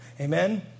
Amen